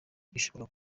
ishobora